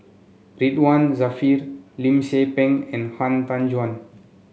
Ridzwan Dzafir Lim Tze Peng and Han Tan Juan